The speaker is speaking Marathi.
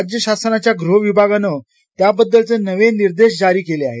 राज्य शासनाच्या गृह विभागाने त्याबद्दलचे नवीन निर्देश जारी केली आहेत